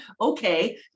okay